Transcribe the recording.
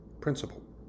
principle